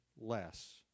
less